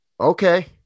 Okay